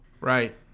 Right